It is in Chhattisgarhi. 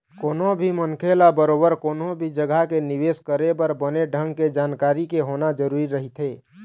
कोनो भी मनखे ल बरोबर कोनो भी जघा के निवेश करे बर बने ढंग के जानकारी के होना जरुरी रहिथे